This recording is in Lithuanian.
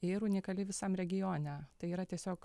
ir unikali visam regione tai yra tiesiog